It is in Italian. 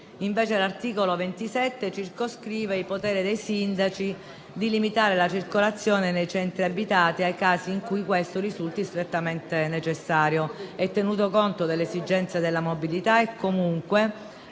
sanzione. L'articolo 27 circoscrive i poteri dei sindaci di limitare la circolazione nei centri abitati ai casi in cui questo risulti strettamente necessario e tenuto conto delle esigenze della mobilità. Con